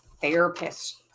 therapist